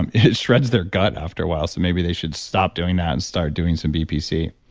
and it shreds their gut after a while so maybe they should stop doing that and start doing some bpc